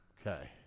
Okay